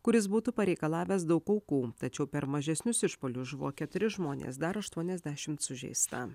kuris būtų pareikalavęs daug aukų tačiau per mažesnius išpuolius žuvo keturi žmonės dar aštuoniasdešimt sužeista